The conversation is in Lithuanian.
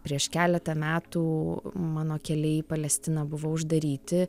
prieš keletą metų mano keliai į palestiną buvo uždaryti